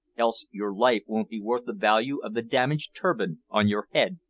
else your life won't be worth the value of the damaged turban on your head.